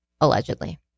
allegedly